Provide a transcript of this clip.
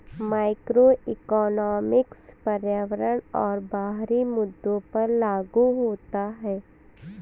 macroeconomics पर्यावरण और बाहरी मुद्दों पर लागू होता है